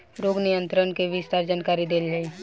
रोग नियंत्रण के विस्तार जानकरी देल जाई?